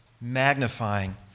magnifying